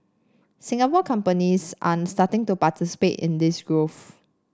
Singapore companies starting to participate in this growth